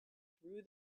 through